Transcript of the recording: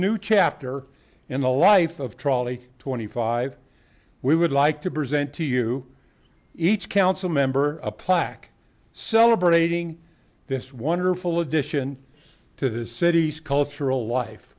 new chapter in the life of trolley twenty five we would like to present to you each council member a plaque celebrating this wonderful addition to this city's cultural life